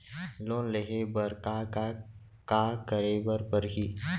Loan लेहे बर का का का करे बर परहि?